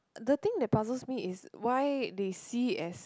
the thing that puzzles me is why they see as